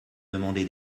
demandé